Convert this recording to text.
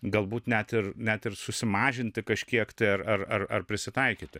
galbūt net ir net ir susimažinti kažkiek tai ar ar ar prisitaikyti